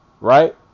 right